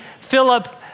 Philip